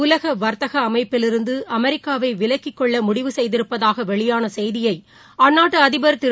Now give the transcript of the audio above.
உலக வர்த்தக அமைப்பில் இருந்து அமெரிக்காவை விலக்கிக்கொள்ள முடிவு செய்திருப்பதாக வெளியான செய்தியை அந்நாட்டு அதிபர் திரு